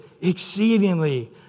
exceedingly